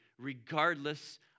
regardless